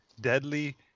Deadly